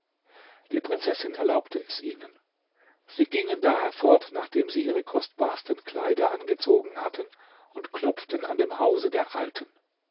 die prinzessin erlaubte es ihnen sie gingen daher fort nachdem sie ihre kostbarsten kleider angezogen hatten und klopften an dem hause der alten